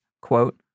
Quote